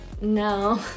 No